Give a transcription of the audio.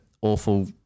awful